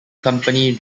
company